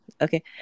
okay